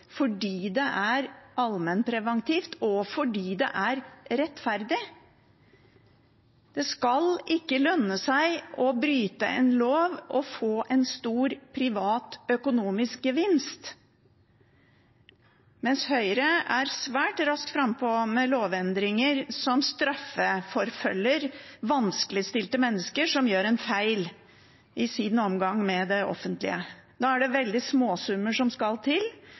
det er allmennpreventivt og rettferdig. Det skal ikke lønne seg å bryte en lov og få en stor privat økonomisk gevinst. Men Høyre er svært raskt frampå med lovendringer som straffeforfølger vanskeligstilte mennesker som gjør en feil i sin omgang med det offentlige. Da er det veldig små summer som skal til